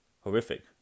horrific